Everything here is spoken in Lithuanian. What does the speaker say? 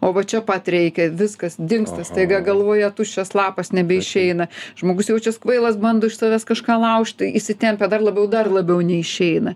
o va čia pat reikia viskas dingsta staiga galvoje tuščias lapas nebeišeina žmogus jaučias kvailas bando iš savęs kažką laužti įsitempia dar labiau dar labiau neišeina